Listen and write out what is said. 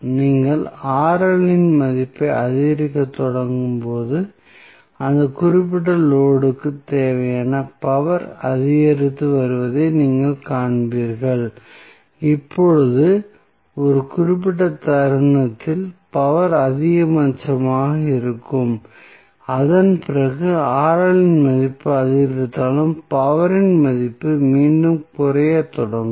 நீங்கள் இன் மதிப்பை அதிகரிக்கத் தொடங்கும் போது இந்த குறிப்பிட்ட லோடு க்குத் தேவையான பவர் அதிகரித்து வருவதை நீங்கள் காண்பீர்கள் இப்போது ஒரு குறிப்பிட்ட தருணத்தில் பவர் அதிகபட்சமாக இருக்கும் அதன் பிறகு இன் மதிப்பு அதிகரித்தாலும் பவர் இன் மதிப்பு மீண்டும் குறைக்கத் தொடங்கும்